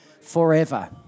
forever